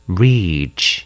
reach